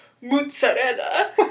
mozzarella